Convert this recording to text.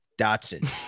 Dotson